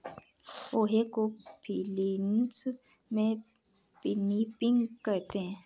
पोहे को फ़िलीपीन्स में पिनीपिग कहते हैं